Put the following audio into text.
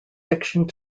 fiction